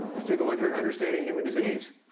let's take a look here at understanding human disease,